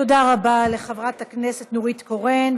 תודה רבה לחברת הכנסת נורית קורן.